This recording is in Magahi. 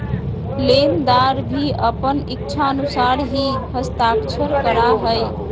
लेनदार भी अपन इच्छानुसार ही हस्ताक्षर करा हइ